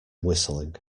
whistling